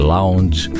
Lounge